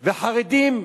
וחרדים,